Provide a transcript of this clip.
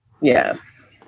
yes